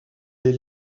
les